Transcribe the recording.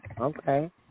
Okay